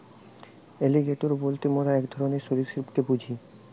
alligator বলতে মোরা এক ধরণকার সরীসৃপকে বুঝি